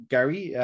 Gary